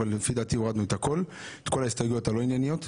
אבל לפי דעתי הורדנו את כל ההסתייגויות הלא ענייניות.